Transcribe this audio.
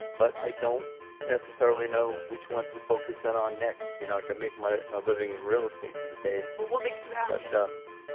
but i don't necessarily which one to focus in on next, you know, like i make my my living in real estate these days. well what makes you happiest?